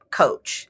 coach